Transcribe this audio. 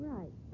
Right